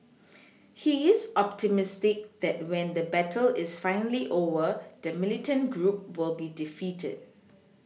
he is optimistic that when the battle is finally over the militant group will be defeated